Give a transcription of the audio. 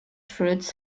fruits